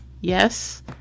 yes